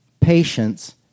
patience